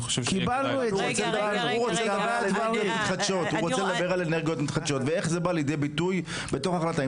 הוא רוצה אנרגיות מתחדשות ואיך זה בא לידי ביטוי בתוך ההחלטה.